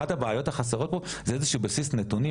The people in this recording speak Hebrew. אחת הבעיות המרכזיות פה זה איזה שהוא בסיס נתונים,